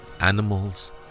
animals